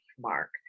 Mark